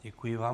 Děkuji vám.